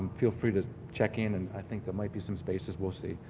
feel free to check in and i think there might be some spaces. we'll see.